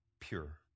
pure